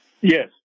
Yes